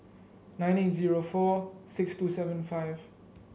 nine eight zero four six two seven five